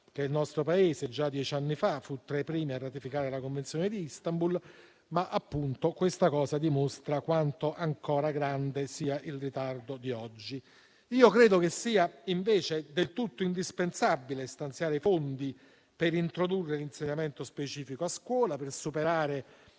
che il nostro Paese, già dieci anni fa, fu tra i primi a ratificare la Convenzione di Istanbul, ma questa cosa dimostra quanto ancora grande sia il ritardo di oggi. Io credo che sia invece del tutto indispensabile stanziare i fondi: per introdurre l'insegnamento specifico a scuola; per superare